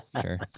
sure